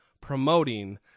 promoting